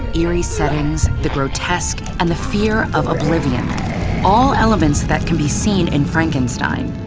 eerie settings, the grotesque, and the fear of oblivion all elements that can be seen in frankenstein.